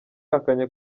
yahakanye